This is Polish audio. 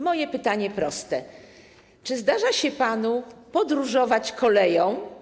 Moje pytanie jest proste: Czy zdarza się panu podróżować koleją?